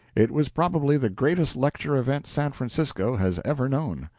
it was probably the greatest lecture event san francisco has ever known.